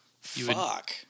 fuck